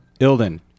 Ilden